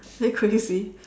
are you crazy